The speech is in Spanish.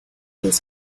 los